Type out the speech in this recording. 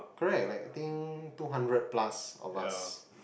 correct like I think two hundreds plus of us